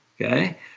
okay